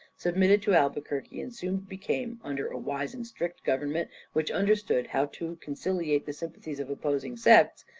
submitted to albuquerque, and soon became, under a wise and strict government which understood how to conciliate the sympathies of opposing sects,